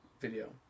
video